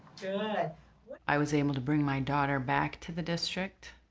ah i was able to bring my daughter back to the district,